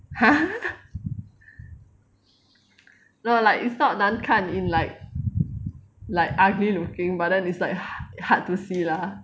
!huh! no like it's not 难看 in like like ugly looking but then it's like hard to see lah